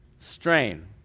strain